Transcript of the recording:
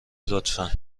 لطفا